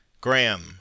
Graham